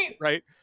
right